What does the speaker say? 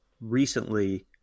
recently